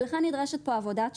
לכן נדרשת פה עבודת שיתוף.